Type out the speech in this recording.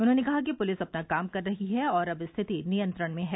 उन्होंने कहा कि पुलिस अपना काम कर रही है और अब स्थिति नियंत्रण में है